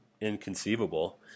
inconceivable